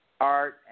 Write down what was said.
Art